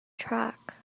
track